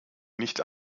nicht